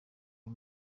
uyu